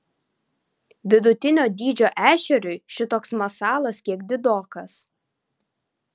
vidutinio dydžio ešeriui šitoks masalas kiek didokas